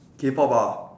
K-pop ah